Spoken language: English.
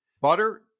Butter